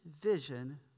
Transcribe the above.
vision